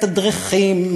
מתדרכים,